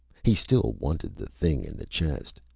he still wanted the thing in the chest.